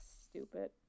Stupid